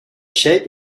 shape